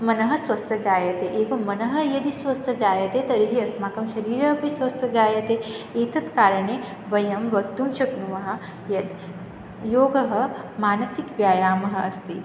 मनः स्वस्थं जायते एवं मनः यदि स्वस्थं जायते तर्हि अस्माकं शरीरम् अपि स्वस्थं जायते एतत् कारणे वयं वक्तुं शक्नुमः यत् योगः मानसिकव्यायामः अस्ति